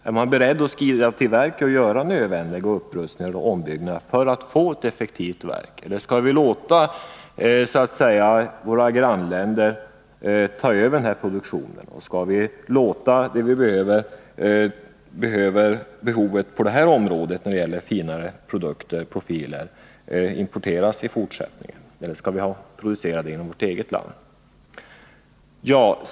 Är man beredd att skrida till verket och företa nödvändiga upprustningar eller ombyggnader för att få ett effektivt verk? Eller skall vi så att säga låta våra grannländer ta över den produktionen? Och skall vi låta behovet på det området av finare produkter, såsom profiler, importeras i fortsättningen, eller skall vi producera dem inom vårt eget land?